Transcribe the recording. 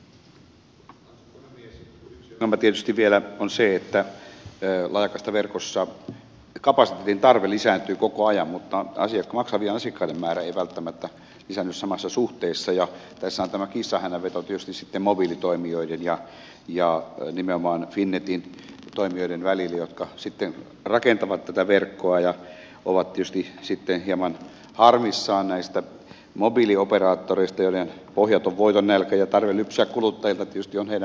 yksi ongelma tietysti vielä on se että laajakaistaverkossa kapasiteetin tarve lisääntyy koko ajan mutta maksavien asiakkaiden määrä ei välttämättä lisäänny samassa suhteessa ja tässä on tämä kissanhännänveto tietysti sitten mobiilitoimijoiden ja nimenomaan finnetin toimijoiden välillä jotka rakentavat tätä verkkoa ja ovat tietysti sitten hieman harmissaan näistä mobiilioperaattoreista joiden pohjaton voitonnälkä ja tarve lypsää kuluttajilta tietysti ovat heidän mielestään erittäin kovat